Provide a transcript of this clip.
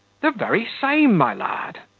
the very same, my lad.